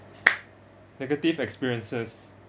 negative experiences